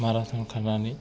marathon खारनानै